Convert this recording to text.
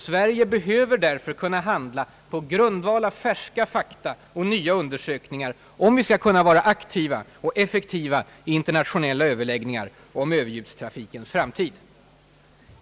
Sverige behöver därför kunna handla på grundval av färska fakta och nya undersökningar om vi skall kunna vara aktiva och effektiva i internationella överläggningar om överljudstrafikens framtid.